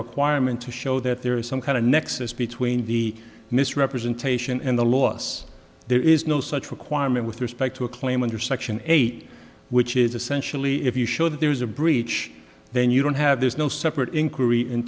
requirement to show that there is some kind of nexus between the misrepresentation and the loss there is no such requirement with respect to a claim under section eight which is essentially if you show that there is a breach then you don't have there's no separate in